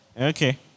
Okay